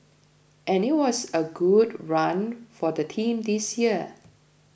and it was a good run for the team this year